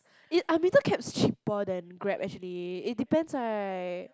it I mean the cabs cheaper than Grab actually it depends right